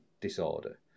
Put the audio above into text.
disorder